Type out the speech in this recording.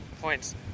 points